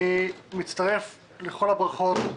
אני מצטרף לכל הברכות,